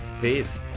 Peace